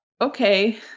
okay